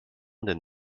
d’être